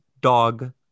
dog